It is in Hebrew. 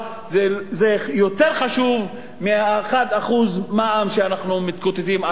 זה יותר חשוב מ-1% מע"מ שאנחנו מתקוטטים עליו כאן.